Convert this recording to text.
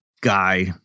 guy